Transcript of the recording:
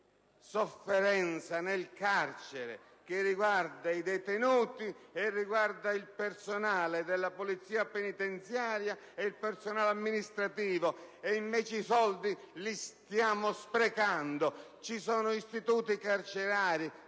sofferenza nel carcere che riguarda i detenuti e il personale della Polizia penitenziaria e quello amministrativo e, invece, i soldi li stiamo sprecando. Ci sono istituti carcerari